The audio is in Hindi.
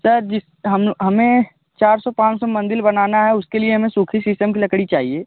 सर जिस हम हमें चार सौ पाँच सौ मंदिर बनाना है उसके लिए हमें सूखी शीशम की लकड़ी चाहिए